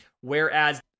whereas